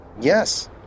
Yes